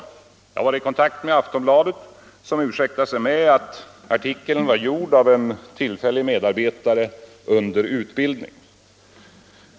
Nu har jag också varit i kontakt med Aftonbladet, där man ursäktar sig med att artikeln var skriven av en tillfällig medarbetare under utbildning.